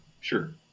Sure